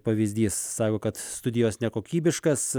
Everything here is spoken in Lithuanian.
pavyzdys sako kad studijos nekokybiškas